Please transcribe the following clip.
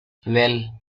well